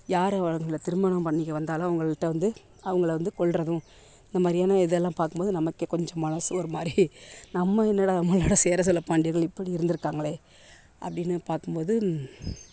யார் அவங்கள திருமணம் பண்ணிக்க வந்தாலும் அவங்கள்ட்ட வந்து அவங்கள வந்து கொல்வதும் இந்தமாதிரியான இதெல்லாம் பார்க்கும் போது நமக்கு கொஞ்சம் மனது ஒருமாதிரி நம்ம என்னடா நம்மளோட சேர சோழ பாண்டியர்கள் இப்படி இருந்திருக்காங்களே அப்படினு பார்க்கும் போது